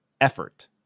effort